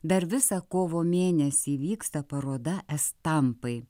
dar visą kovo mėnesį vyksta paroda estampai